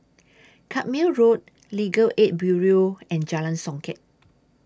Carpmael Road Legal Aid Bureau and Jalan Songket